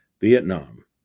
vietnam